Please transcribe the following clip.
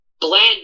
blend